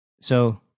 So-